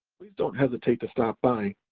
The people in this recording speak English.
please don't hesitate to stop by,